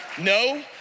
No